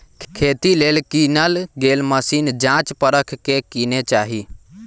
खेती लेल किनल गेल मशीन जाच परख के किने चाहि